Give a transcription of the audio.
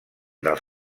dels